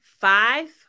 five